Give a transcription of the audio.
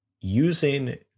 using